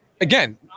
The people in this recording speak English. again